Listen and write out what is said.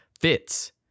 fits